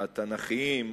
התנ"כיים,